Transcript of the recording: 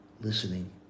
listening